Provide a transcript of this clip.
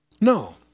No